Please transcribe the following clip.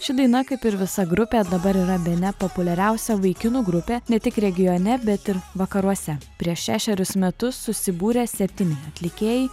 ši daina kaip ir visa grupė dabar yra bene populiariausia vaikinų grupė ne tik regione bet ir vakaruose prieš šešerius metus susibūrę septyni atlikėjai